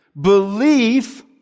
Belief